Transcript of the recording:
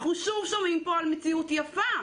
אנחנו שוב שומעים פה על מציאות יפה.